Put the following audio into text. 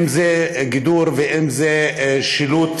אם זה גידור ואם זה שילוט,